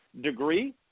degree